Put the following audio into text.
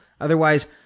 Otherwise